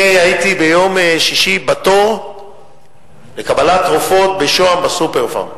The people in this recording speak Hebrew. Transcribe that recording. ביום שישי הייתי בתור לקבלת תרופות ב"סופרפארם"